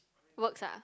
works ah